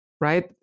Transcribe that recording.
right